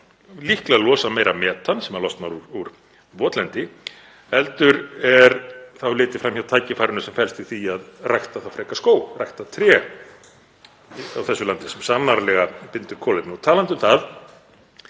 verið að losa meira metan sem losnar úr votlendi, heldur er litið fram hjá tækifærinu sem felst í því að rækta þá frekar tré og skóg í þessu landi sem sannarlega bindur kolefni. Talandi um það